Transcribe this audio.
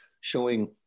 showing